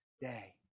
day